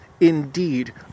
indeed